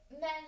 men